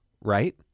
right